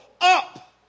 up